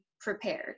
prepared